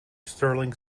stirling